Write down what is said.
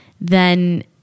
then-